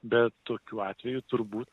bet tokių atvejų turbūt